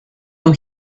that